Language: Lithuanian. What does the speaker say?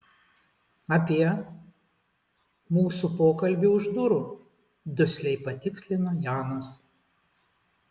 apie mūsų pokalbį už durų dusliai patikslino janas